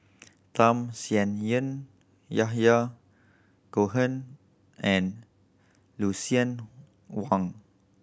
Tham Sien Yen Yahya Cohen and Lucien Wang